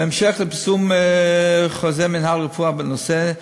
בהמשך לפרסום חוזר מינהל רפואה בנושא,